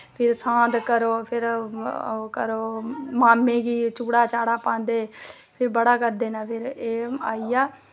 फिर सांत करो फिर करो मामे गी चूड़ा चाड़ा पांदे फिर बड़ा करदे नै एह् आईया